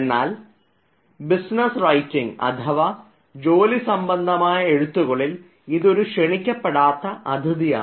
എന്നാൽ business writing അഥവാ ജോലിസംബന്ധമായ എഴുത്തുകളിൽ ഇതൊരു ക്ഷണിക്കപ്പെടാത്ത അതിഥിയാണ്